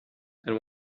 and